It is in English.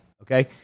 Okay